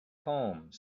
home